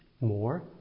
more